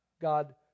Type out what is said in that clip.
God